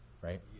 right